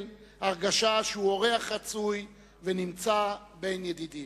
הרגשה שהוא אורח רצוי ונמצא בין ידידים.